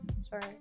Sorry